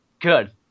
good